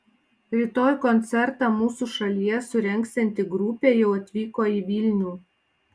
rytoj koncertą mūsų šalyje surengsianti grupė jau atvyko į vilnių